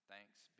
Thanks